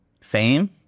fame